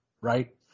right